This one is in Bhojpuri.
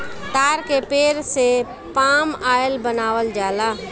ताड़ के पेड़ से पाम आयल बनावल जाला